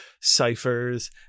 ciphers